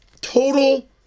total